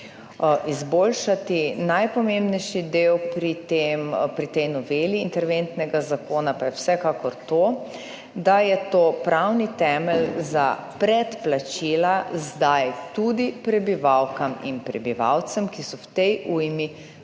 izboljšati. Najpomembnejši del pri tej noveli interventnega zakona pa je vsekakor to, da je to pravni temelj za predplačila zdaj tudi prebivalkam in prebivalcem, ki so v tej ujmi